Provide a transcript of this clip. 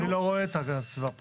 אני לא רואה את הגנת הסביבה פה.